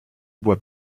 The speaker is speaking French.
bois